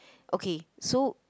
okay so